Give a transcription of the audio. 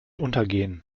untergehen